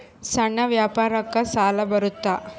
ಸಣ್ಣ ವ್ಯಾಪಾರಕ್ಕ ಸಾಲ ಬರುತ್ತಾ?